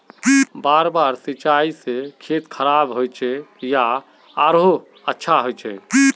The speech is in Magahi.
बार बार सिंचाई से खेत खराब होचे या आरोहो अच्छा होचए?